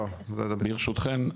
ברשותכם,